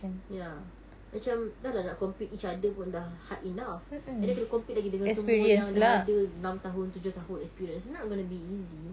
ya macam dah lah nak compete each other pun dah hard enough and then kena compete lagi dengan semua yang dah ada enam tahun tujuh tahun experience it's not going to be easy